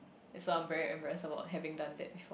that's why I'm very embarrassed about having done that before